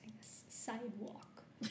sidewalk